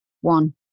one